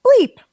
bleep